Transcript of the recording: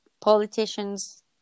politicians